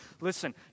Listen